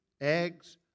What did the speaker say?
eggs